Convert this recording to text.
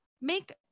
make